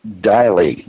daily